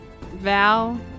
Val